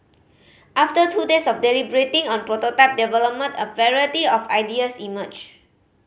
after two days of deliberating and prototype development a variety of ideas emerged